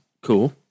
Cool